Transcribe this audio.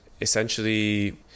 essentially